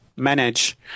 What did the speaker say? Manage